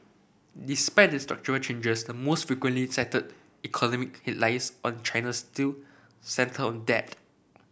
despite the structural changes the most frequently cited economic headlines on China still centre on debt